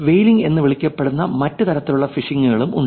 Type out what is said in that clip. വൈയലിംഗ് എന്ന് വിളിക്കപ്പെടുന്ന മറ്റ് തരത്തിലുള്ള ഫിഷിംഗുകളും ഉണ്ട്